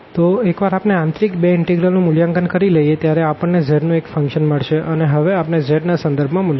VfxyzdV તો એકવાર આપણે ઇન્નર બે ઇનટેગ્રલ નું મૂલ્યાંકન કરી લઈએ ત્યારે આપણને z નું એક ફંક્શન મળશે અને હવે આપણે z ના સંદર્ભમાં મૂલ્યાંકન કરશું